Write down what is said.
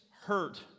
hurt